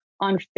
On